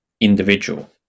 individual